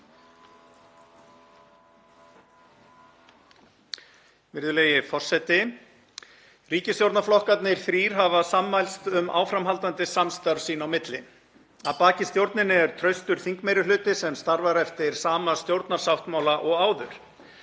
Virðulegi forseti. Ríkisstjórnarflokkarnir þrír hafa sammælst um áframhaldandi samstarf sín á milli. Að baki stjórninni er traustur þingmeirihluti sem starfar eftir sama stjórnarsáttmála og áður.